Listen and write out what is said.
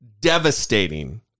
devastating